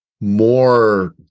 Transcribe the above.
more